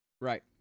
right